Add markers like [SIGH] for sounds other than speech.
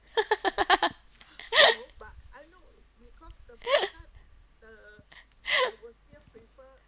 [LAUGHS]